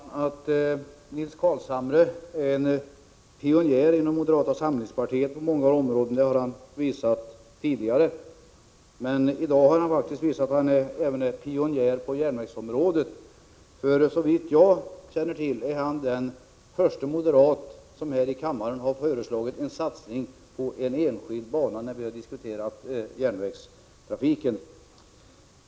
Herr talman! Att Nils Carlshamre är en pionjär inom moderata samlingspartiet på många områden har han visat tidigare — i dag har han visat att han är pionjär även på järnvägsområdet; såvitt jag känner till är han den förste moderat som när vi här i kammaren har diskuterat järnvägstrafiken har föreslagit en satsning på en enskild bana.